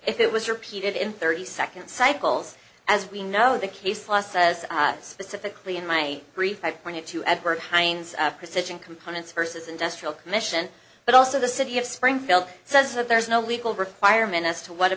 if it was repeated in thirty second cycles as we know the case law says specifically in my brief i pointed to edward hines precision components versus industrial commission but also the city of springfield says that there is no legal requirement as to what a